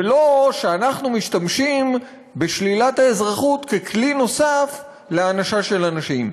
ולא שאנחנו משתמשים בשלילת האזרחות ככלי נוסף להענשה של אנשים.